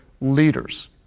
leaders